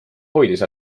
hoidis